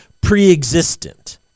pre-existent